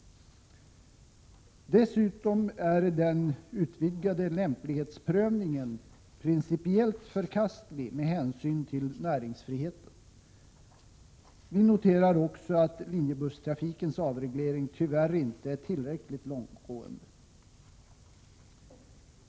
Dessutom är den utvidgade lämplighetsprövningen principiellt förkastlig med hänsyn till näringsfriheten. Vi noterar också att linjebusstrafikens avreglering tyvärr inte är tillräckligt långtgående.